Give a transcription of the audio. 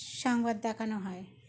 সংবাদ দেখানো হয়